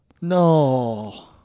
No